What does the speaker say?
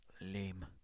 Lame